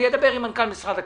אני אדבר עם מנכ"ל משרד הכלכלה,